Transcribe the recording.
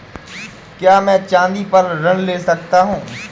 क्या मैं चाँदी पर ऋण ले सकता हूँ?